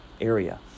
area